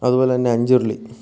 അതുപോലെ തന്നെ അഞ്ചുരുളി